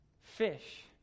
fish